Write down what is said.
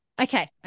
Okay